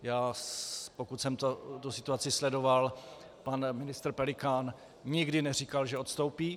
Já, pokud jsem tu situaci sledoval, pan ministr Pelikán nikdy neříkal, že odstoupí.